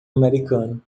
americano